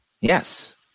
Yes